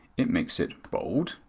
it makes it bold,